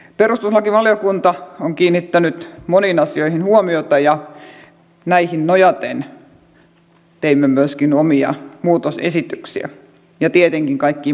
perustuslakivaliokunta on kiinnittänyt moniin asioihin huomiota ja näihin nojaten ja tietenkin kaikkiin muihinkin asiantuntijalausuntoihin nojaten teimme myöskin omia muutosesityksiä ja tietenkin kaikkiin